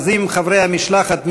אז אם חברי המשלחת,